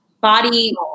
body